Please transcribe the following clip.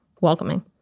welcoming